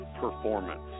performance